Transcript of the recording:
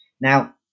Now